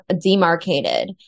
demarcated